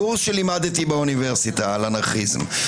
קורס שלימדתי באוניברסיטה על אנרכיסטים.